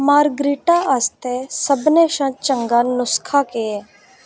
margarita आस्तै सभनें शा चंगा नुस्खा केह् ऐ